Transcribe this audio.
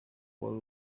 wari